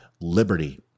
liberty